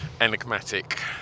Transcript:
Enigmatic